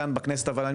כאן בכנסת בוועדה,